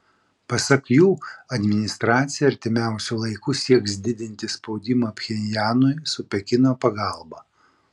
pasak jų administracija artimiausiu laiku sieks didinti spaudimą pchenjanui su pekino pagalba